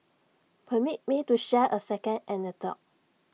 permit me to share A second anecdote